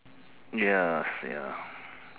ya ya